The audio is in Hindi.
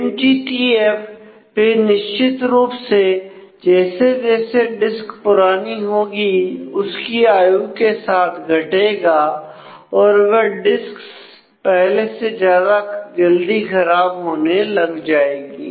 एमटीटीएफ भी निश्चित रूप से जैसे जैसे डिस्क पुरानी होगी उसकी आयु के साथ घटेगा और वह डिस्क्स पहले से ज्यादा जल्दी खराब होने लग जाएंगी